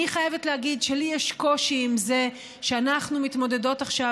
אני חייבת להגיד שלי יש קושי עם זה שאנחנו מתמודדות עכשיו